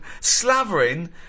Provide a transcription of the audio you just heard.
slavering